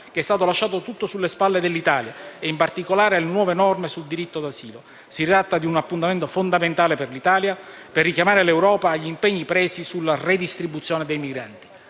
che è stato lasciato tutto sulle spalle dell'Italia, e in particolare le nuove norme sul diritto d'asilo. Si tratta di un appuntamento fondamentale per l'Italia per richiamare l'Europa agli impegni presi sulla redistribuzione dei migranti.